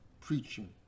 preaching